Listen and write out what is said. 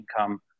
income